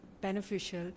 Beneficial